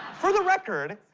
for the record,